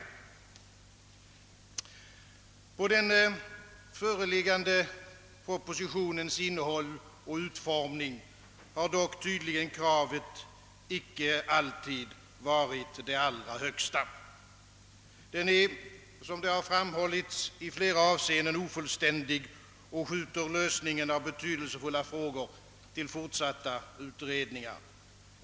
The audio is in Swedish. På den föreliggande propositionens innehåll och utformning har dock kravet tydligen icke alltid varit det allra högsta. Den är, som det har framhållits, i flera avseenden ofullständig och skjuter lösningen av betydelsefulla frågor till fortsatta utredningar.